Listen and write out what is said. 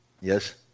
Yes